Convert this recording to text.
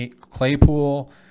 Claypool